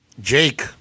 Jake